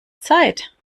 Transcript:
zeit